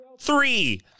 Three